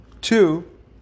two